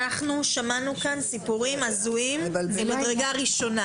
אנחנו שמענו כאן סיפורים הזויים ממדרגה ראשונה